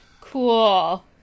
Cool